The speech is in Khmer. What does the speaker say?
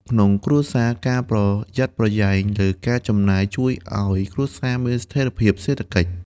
ក្នុងគ្រួសារ ការប្រយ័ត្នប្រយែងលើការចំណាយជួយឱ្យគ្រួសារមានស្ថិរភាពសេដ្ឋកិច្ច។